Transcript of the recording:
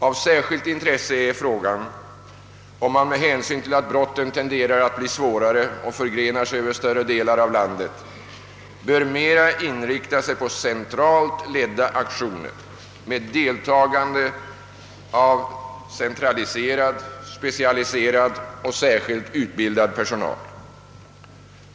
Av särskilt intresse är frågan om man med hänsyn till att brotten tenderar att bli svårare och förgrena sig över större delar av landet bör mera inrikta sig på centralt ledda aktioner med deltagande av centraliserad, specialiserad och särskilt utbildad personal.